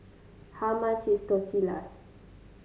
how much is Tortillas